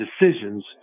decisions